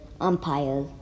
umpire